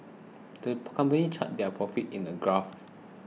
the company charted their profits in a graph